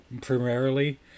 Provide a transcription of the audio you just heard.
primarily